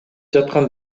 жаткан